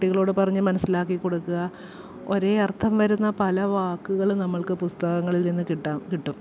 കുട്ടികളോടു പറഞ്ഞു മനസ്സിലാക്കി കൊടുക്കുക ഒരേ അർത്ഥം വരുന്ന പല വാക്കുകൾ നമ്മൾക്ക് പുസ്തകങ്ങളിൽ നിന്നു കിട്ടാം കിട്ടും